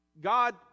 God